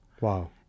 Wow